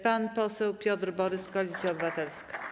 Pan poseł Piotr Borys, Koalicja Obywatelska.